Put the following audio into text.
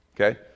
Okay